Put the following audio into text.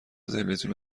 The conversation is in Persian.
تلویزیون